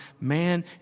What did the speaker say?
man